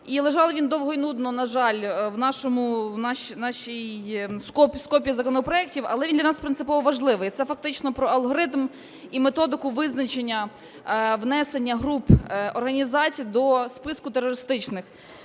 лежав він довго і нудно, на жаль, в нашій скопі законопроектів, але він для нас принципово важливий. Це фактично про алгоритм і методику визначення внесення груп, організацій до списку терористичних.